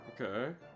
Okay